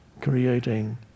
creating